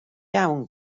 iawn